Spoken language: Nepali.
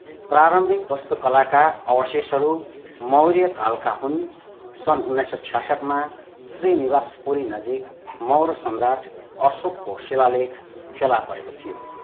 प्रारम्भिक वास्तुकलाका अवशेषहरू मौर्य कालका हुन् सन उन्नाइसौँ छयासट्ठीमा श्रीनिवासपुरी नजिक मौर्य सम्राट अशोकको शिलालेख फेला परेको थियो